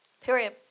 Period